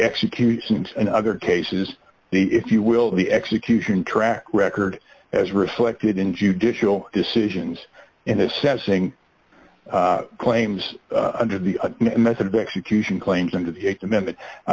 executions in other cases the if you will the execution track record as reflected in judicial decisions in assessing claims under the method of execution claims und